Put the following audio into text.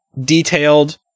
detailed